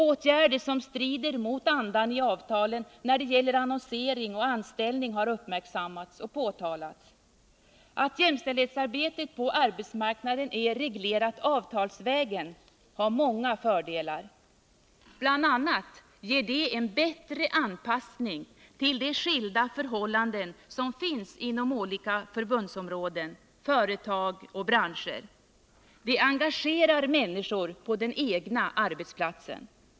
Åtgärder som strider mot andan i avtalen när det gäller annonsering och anställning har uppmärksammats och påtalats. Att jämställdhetsarbetet på arbetsmarknaden är reglerat avtalsvägen har många fördelar. Bl. a. ger det en bättre anpassning till de skilda förhållanden som finns inom olika förbundsområden, företag och branscher. Det engagerar människor på den egna arbetsplatsen.